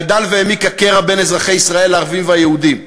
גדל והעמיק הקרע בין אזרחי ישראל הערבים והיהודים.